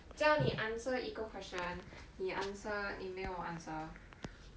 叫你 answer 一个 question 你 answer 你没有 answer